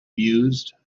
mused